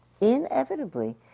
inevitably